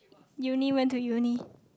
uni went to uni